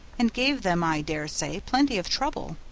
and gave them, i dare say, plenty of trouble,